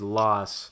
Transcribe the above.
loss